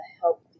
help